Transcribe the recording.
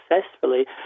successfully